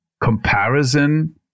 comparison